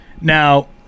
Now